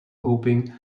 hoping